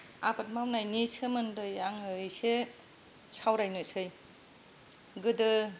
आबाद मावनायनि सोमोन्दै आङो इसे सावरायनोसै गोदो